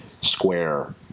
square